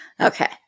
Okay